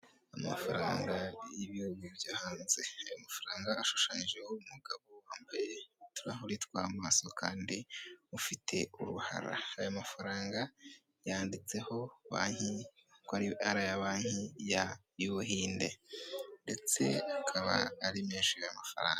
Amafaranga y'ibihugu byo hanze, ayo mafaranga ashushanyijeho umugabo wambaye utuhuri tw'amaso kandi ufite uruhara aya mafaranga yanditseho banki banki y'ubuhinde ndetse akaba ari menshi aya mafaranga.